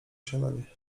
śniadanie